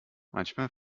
manchmal